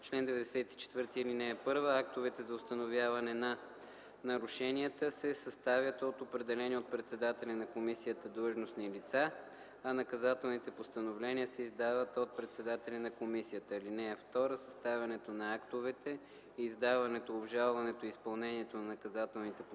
чл. 94: „Чл.94.(1) Актовете за установяване на нарушенията се съставят от определени от председателя на комисията длъжностни лица, а наказателните постановления се издават от председателя на комисията. (2) Съставянето на актовете, издаването, обжалването и изпълнението на наказателните постановления